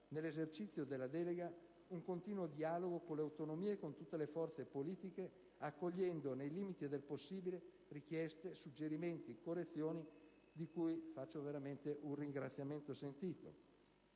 nell'esercizio della delega un continuo dialogo con le autonomie e con tutte le forze politiche, accogliendo, nei limiti del possibile, richieste, suggerimenti, correzioni, di cui faccio veramente un ringraziamento sentito.